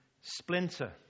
splinter